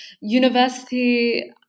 university